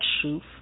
truth